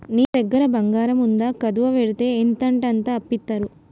నీ దగ్గర బంగారముందా, కుదువవెడ్తే ఎంతంటంత అప్పిత్తరు